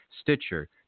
Stitcher